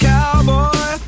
Cowboy